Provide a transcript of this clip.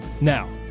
Now